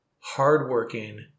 hard-working